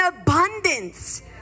abundance